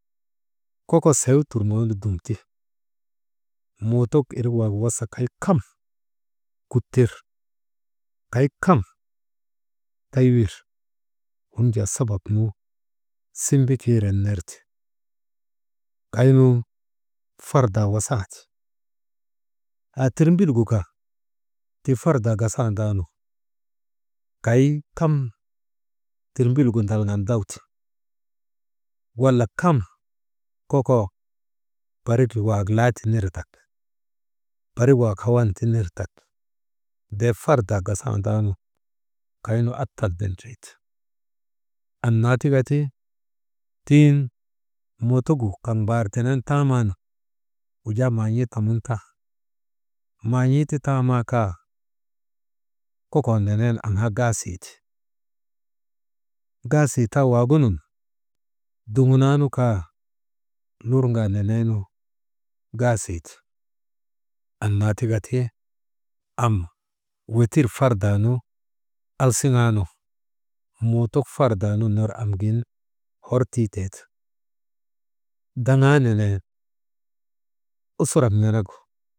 Koko sew tuŋoonu dum ti mootok irik waagu wasa kay kam kut tir, kay kam taywir, waŋ jaa sabab nu simbikiiren nerti, kaynu fardaa wasandi, haa tirmbil gu kaa haa fardaa gasandaanu, kay kam tirmbilgu ndalŋan dayte, wala kam koko barik waagu laa ti nirndak, barik wak hawan ti nirndak bee fardaa gasandaanu, kaynu atal tindrii te, annaa tika ti mooto gu tiŋ kaŋ mbaar tenen taamaanu wujaa maan̰ii kamun tan maan̰iititaamaa kaa kokoo nenen aŋaa gaasiiti, gaasii taa waagunun duŋunaa nu kaa, luŋaa neneenu gaasii ti annaa tika ti am wetir fardaa nu awsiŋaanu, mootok fardaa nun ner am gin hor tii tee ti, daŋaa nenee usurak nenegu.